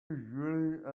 really